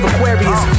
Aquarius